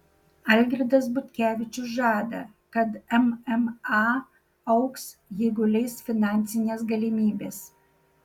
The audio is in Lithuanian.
algirdas butkevičius žada kad mma augs jeigu leis finansinės galimybės